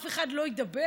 אף אחד לא ידבר?